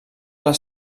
les